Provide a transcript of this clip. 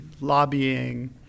lobbying